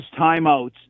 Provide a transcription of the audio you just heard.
timeouts